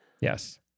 Yes